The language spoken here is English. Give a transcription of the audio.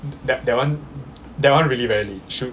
that that one that one really very lame should